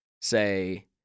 say